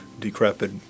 decrepit